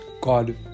God